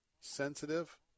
sensitive